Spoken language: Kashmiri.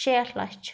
شیٹھ لَچھ